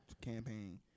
campaign